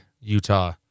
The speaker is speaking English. Utah